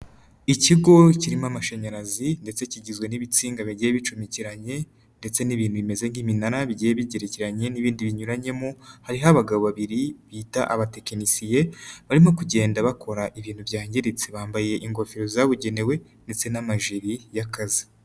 Ikigo kirimo amashanyarazi ndetse kigizwe n'ibitsinga bigiye bicomekeranye ndetse n'ibintu bimeze nk'iminara bigiye bigerekeranye n'ibindi binyuranyemo, hariho abagabo babiri bita abatekinisiye barimo kugenda bakora ibintu byangiritse bambaye ingofero zabugenewe ndetse n'amajiri y'akazi.